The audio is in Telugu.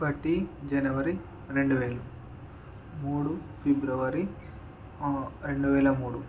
ఒకటి జనవరి రెండు వేలు మూడు ఫిబ్రవరి రెండు వేల మూడు